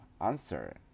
answer